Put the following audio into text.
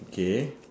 okay